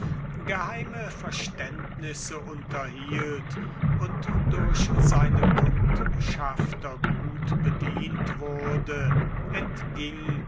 geheime verständnisse unterhielt und durch seine kundschafter gut bedient wurde